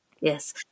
Yes